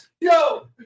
Yo